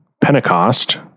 Pentecost